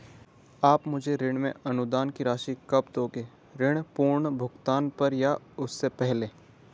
आप मुझे ऋण में अनुदान की राशि कब दोगे ऋण पूर्ण भुगतान पर या उससे पहले?